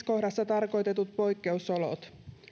kohdassa tarkoitetut poikkeusolot